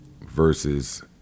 versus